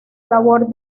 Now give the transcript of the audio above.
labor